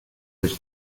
which